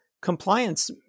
compliance